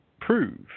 prove